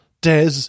Des